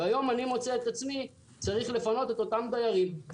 והיום אני מוצא את עצמי צריך לפנות את אותם דיירים.